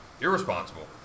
irresponsible